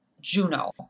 Juno